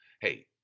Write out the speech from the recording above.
Hey